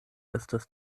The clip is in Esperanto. estas